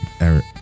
Eric